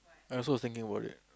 I also was thinking about it